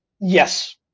yes